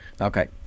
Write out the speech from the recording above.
okay